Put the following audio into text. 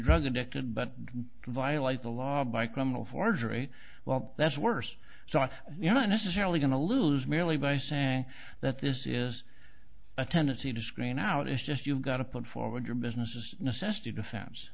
drug addicted but to violate the law by criminal forgery well that's worse so you're not necessarily going to lose merely by saying that this is a tendency to screen out is just you've got to put forward your business is necessity defen